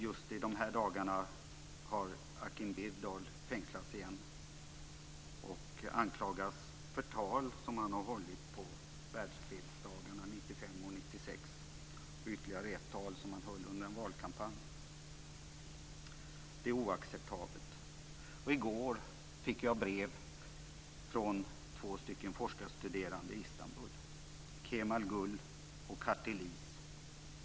Just i dagarna har Akin Bindal fängslats igen och anklagas för ett tal som han har hållit på världsfredsdagarna 1995 och 1996 och ytterligare ett tal som han höll under en valkampanj. Det är oacceptabelt. I går fick jag brev från två stycken forskarstuderande i Istanbul, Kemal Gul och Kartil Is.